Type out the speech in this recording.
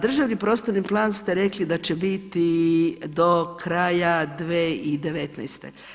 Državni prostorni plan ste rekli da će biti do kraja 2019.